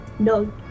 No